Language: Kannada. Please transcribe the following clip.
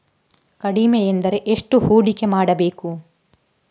ಕಡಿಮೆ ಎಂದರೆ ಎಷ್ಟು ಹೂಡಿಕೆ ಮಾಡಬೇಕು?